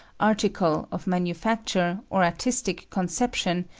article of manufacture, or artistic conception,